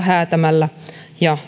häätämällä ja